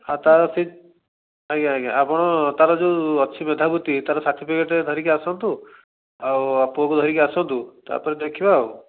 ଆଉ ତା'ର ସେ ଆଜ୍ଞା ଆଜ୍ଞା ଆପଣ ତା'ର ଯୋଯେଉଁ ଅଛି ମେଧାବୃତ୍ତି ତା'ର ସାର୍ଟିପିକେଟ୍ ଧରି ଆସନ୍ତୁ ଆଉ ପୁଅକୁ ଧରିକି ଆସନ୍ତୁ ତା'ପରେ ଦେଖିବା ଆଉ